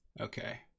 Okay